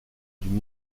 d’une